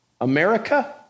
America